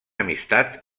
amistat